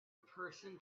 person